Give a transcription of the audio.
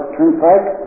Turnpike